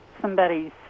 somebody's